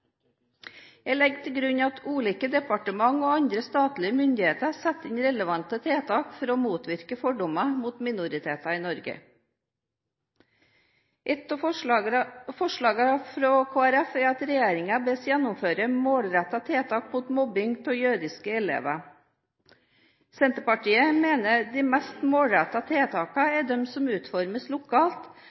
Jeg legger til grunn at ulike departementer og andre statlige myndigheter setter inn relevante tiltak for å motvirke fordommer mot minoriteter i Norge. Et av forslagene fra Kristelig Folkeparti er at regjeringen bes gjennomføre målrettede tiltak mot mobbing av jødiske elever. Senterpartiet mener de mest målrettede tiltakene er de som utformes lokalt,